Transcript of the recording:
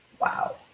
Wow